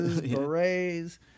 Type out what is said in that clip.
berets